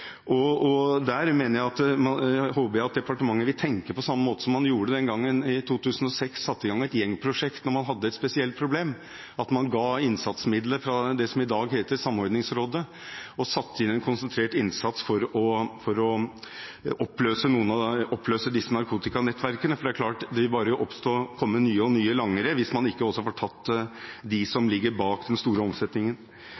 Der håper jeg at departementet vil tenke på samme måte som man gjorde den gangen i 2006, da man satte i gang et gjengprosjekt når man hadde et spesielt problem, ga innsatsmidler fra det som i dag heter Samordningsrådet, og gjorde en konsentrert innsats for å oppløse disse narkotikanettverkene. Det er klart det bare vil komme stadig nye langere hvis man ikke får tatt